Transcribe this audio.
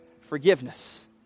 forgiveness